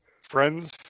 friends